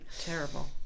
terrible